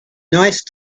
nice